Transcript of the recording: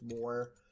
more